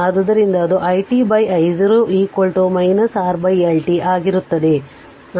ಆದ್ದರಿಂದ ಅದು i t I0 R L t ಆಗಿರುತ್ತದೆ